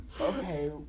Okay